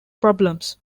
problems